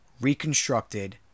reconstructed